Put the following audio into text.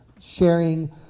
sharing